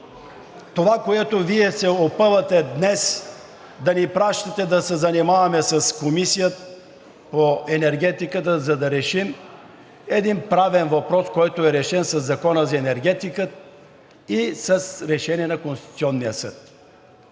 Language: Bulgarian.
това, което Вие се опъвате днес – да ни пращате да се занимаваме с Комисията по енергетика, за да решим един правен въпрос, решен със Закона за енергетиката и с решение на Конституционния съд.